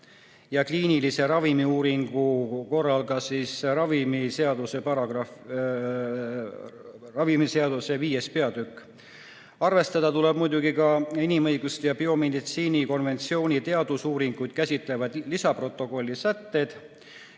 kliinilise uuringu korra ravimiseaduse viies peatükk. Arvestada tuleb muidugi ka inimõiguste ja biomeditsiini konventsiooni teadusuuringuid käsitlevaid lisaprotokolli sätted